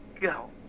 go